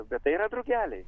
bet tai yra drugeliai